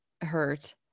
hurt